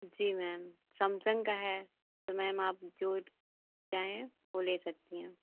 जी ma'am Samsung का है तो मैम आप जो चाहें वो ले सकती हैं